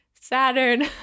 Saturn